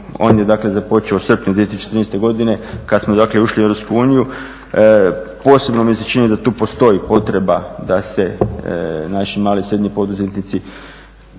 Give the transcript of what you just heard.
dakle započeo u srpnju 2013. godine kad smo dakle ušli u EU. Posebno mi se čini da tu postoji potreba da se naši mali i srednji poduzetnici